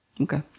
Okay